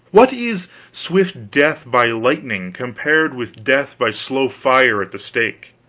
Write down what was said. what is swift death by lightning compared with death by slow fire at the stake?